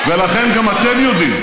ולכן, גם אתם יודעים,